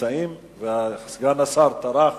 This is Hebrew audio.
נמצאו וסגן השר טרח